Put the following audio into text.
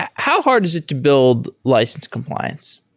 ah how hard is it to build license compliance?